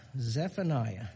Zephaniah